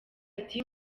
ati